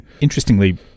Interestingly